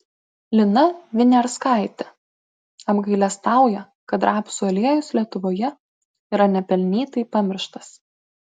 lina viniarskaitė apgailestauja kad rapsų aliejus lietuvoje yra nepelnytai pamirštas